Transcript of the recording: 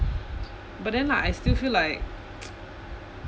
but then lah I still feel like